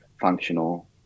functional